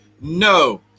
No